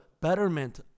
betterment